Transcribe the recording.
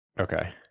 Okay